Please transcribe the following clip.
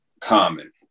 common